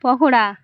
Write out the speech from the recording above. pakora